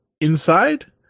inside